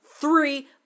three